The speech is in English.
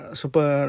super